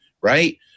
right